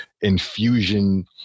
infusion